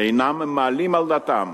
אינם מעלים על דעתם